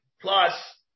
plus